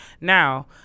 Now